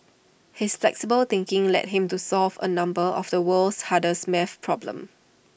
his flexible thinking led him to solve A number of the world's hardest math problems